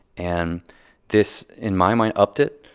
and this, in my mind, upped it,